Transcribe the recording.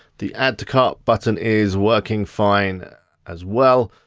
the add to cart button is working fine as well.